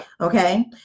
Okay